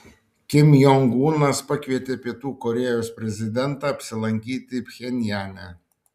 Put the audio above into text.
kim jong unas pakvietė pietų korėjos prezidentą apsilankyti pchenjane